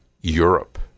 Europe